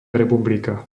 republika